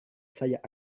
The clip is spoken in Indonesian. saya